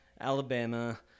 Alabama